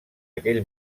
aquell